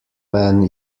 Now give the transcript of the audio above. man